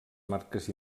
marques